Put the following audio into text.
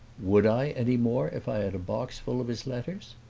would i, any more, if i had a box full of his letters?